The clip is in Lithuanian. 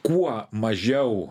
kuo mažiau